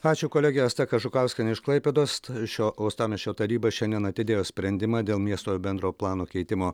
ačiū kolegė asta kažukauskienė iš klaipėdos šio uostamiesčio taryba šiandien atidėjo sprendimą dėl miesto bendrojo plano keitimo